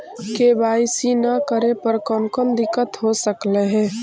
KYC न करे पर कौन कौन दिक्कत हो सकले हे?